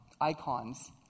icons